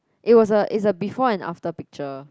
it was a it's a before and after picture